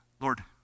Lord